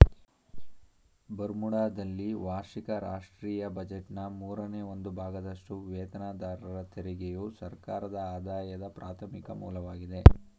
ಬರ್ಮುಡಾದಲ್ಲಿ ವಾರ್ಷಿಕ ರಾಷ್ಟ್ರೀಯ ಬಜೆಟ್ನ ಮೂರನೇ ಒಂದು ಭಾಗದಷ್ಟುವೇತನದಾರರ ತೆರಿಗೆಯು ಸರ್ಕಾರದಆದಾಯದ ಪ್ರಾಥಮಿಕ ಮೂಲವಾಗಿದೆ